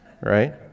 Right